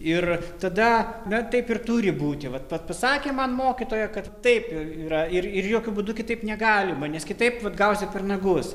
ir tada na taip ir turi būti vat pa pasakė man mokytoja kad taip jau yra ir ir jokiu būdu kitaip negalima nes kitaip vat gausi per nagus